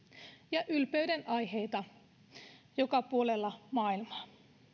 ja ylpeydenaiheita joka puolella maailmaa